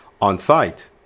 on-site